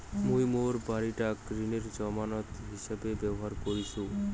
মুই মোর বাড়িটাক ঋণের জামানত হিছাবে ব্যবহার করিসু